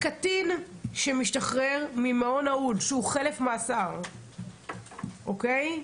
קטין שמשתחרר ממעון נעול שהוא חלף מאסר, אוקיי?